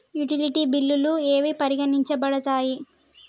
Utility బిల్లులు ఏవి పరిగణించబడతాయి?